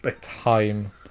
time